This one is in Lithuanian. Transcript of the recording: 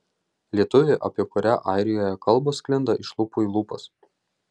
lietuvė apie kurią airijoje kalbos sklinda iš lūpų į lūpas